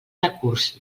recurs